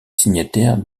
signataires